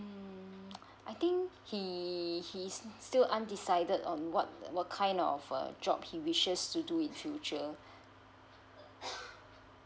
mm I think he he still undecided on what what kind of um job he wishes to do in future